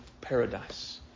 paradise